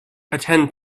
attend